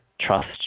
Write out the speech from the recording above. trust